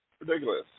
Ridiculous